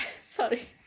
Sorry